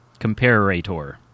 Comparator